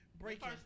breaking